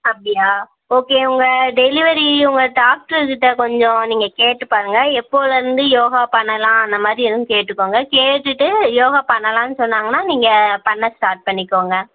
அப்படியா ஓகே உங்கள் டெலிவரி உங்கள் டாக்டர் கிட்டே கொஞ்சம் நீங்கள் கேட்டு பாருங்க எப்போது இருந்து யோகா பண்ணலாம் அந்த மாதிரி ஏதும் கேட்டுக்கோங்க கேட்டுவிட்டு யோகா பண்ணலாம்னு சொன்னாங்கன்னால் நீங்கள் பண்ண ஸ்டார்ட் பண்ணிக்கோங்க